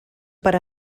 per